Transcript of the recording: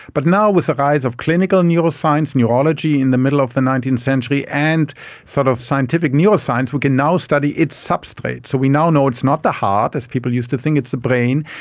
but now with the rise of clinical neuroscience, neurology in the middle of the nineteenth century, and sort of scientific neuroscience, we can now study its substrate. so we now know it's not the heart, as people used to think, it's the brain,